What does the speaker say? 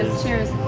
cheers.